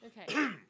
Okay